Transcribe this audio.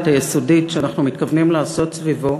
היסודית שאנחנו מתכוונים לעשות סביבו,